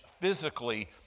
physically